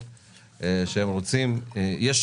אחד - הנושא שבוער כרגע,